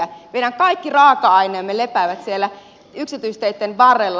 meidän kaikki raaka aineemme lepäävät siellä yksityisteitten varrella